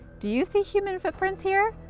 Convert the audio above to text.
do you see human footprints here?